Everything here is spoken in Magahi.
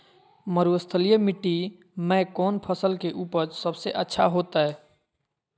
मरुस्थलीय मिट्टी मैं कौन फसल के उपज सबसे अच्छा होतय?